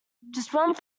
through